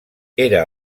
era